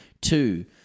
Two